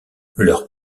leurs